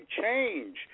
change